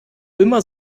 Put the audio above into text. immer